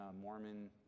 mormon